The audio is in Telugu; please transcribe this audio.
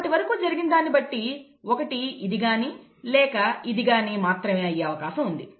ఇప్పటివరకు జరిగిన దాన్నిబట్టి 1 ఇది గాని లేక ఇది కాని మాత్రమే అయ్యే అవకాశం ఉంది